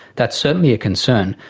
that's certainly a concern.